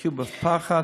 יחיו בפחד.